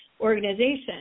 organization